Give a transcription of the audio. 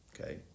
okay